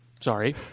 sorry